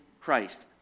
Christ